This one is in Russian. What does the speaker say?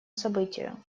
событию